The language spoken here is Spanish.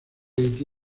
haití